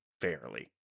fairly